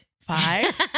Five